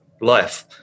life